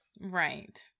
Right